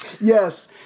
Yes